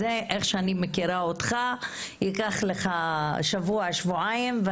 איך שאני מכירה אותך, ייקח לך שבוע שבועיים.